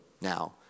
now